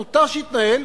מותר שיתנהל,